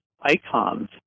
icons